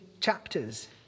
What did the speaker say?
chapters